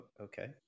Okay